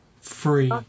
free